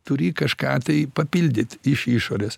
turi kažką tai papildyt iš išorės